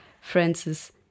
Francis